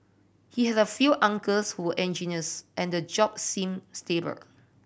he had a few uncles who engineers and the job seemed stable